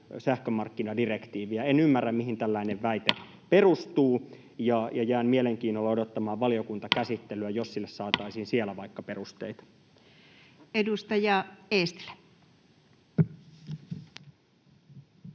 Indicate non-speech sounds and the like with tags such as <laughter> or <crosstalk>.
sähkömarkkinadirektiiviä. En ymmärrä, mihin tällainen väite <noise> perustuu, ja jään mielenkiinnolla odottamaan valiokuntakäsittelyä, <noise> jos sille saataisiin siellä vaikka perusteita. [Speech